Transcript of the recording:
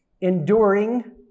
enduring